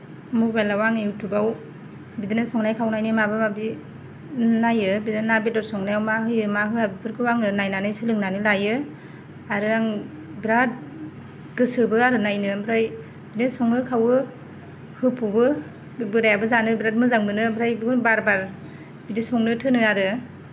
मबाइलाव आं इउटुबाव बिदिनो संनाय खावनायनि माबा माबि नायो बिदि ना बेदर संनायाव मा होयो मा होआ बेफोरखौ आङो नायनानै सोंलोनानै लायो आरो आं बिराद गोसोबो आरो नायनो ओमफ्राय बिदिनो सङो खावो होफ'बो बोरायाबो जानो बिराद मोजां मोनो ओमफ्राय बिखौनो बार बार बिदि संनो थोनो आरो